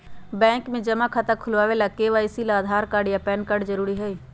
bank में जमा खाता खुलावे ला के.वाइ.सी ला आधार कार्ड आ पैन कार्ड जरूरी हई